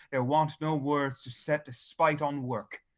there want no words to set despite on work.